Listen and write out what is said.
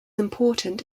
important